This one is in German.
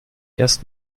erst